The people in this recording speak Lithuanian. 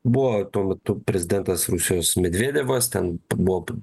buvo tuo metu prezidentas rusijos medvedevas ten buvo